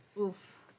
Oof